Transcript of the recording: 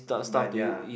but ya